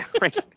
right